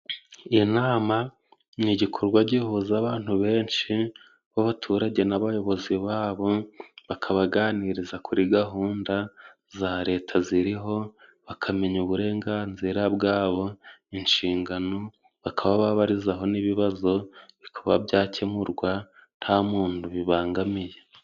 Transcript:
Inama ni igikorwa gihuza abantu benshi b'abaturage n'abayobozi babo, bakabaganiriza kuri gahunda za Leta ziriho, bakamenya uburenganzira bwabo, inshingano, bakaba babarizaho n'ibibazo bikaba byakemurwa nta muntu bibangamiye.